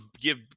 give